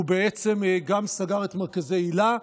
הוא בעצם סגר גם את מרכזי היל"ה,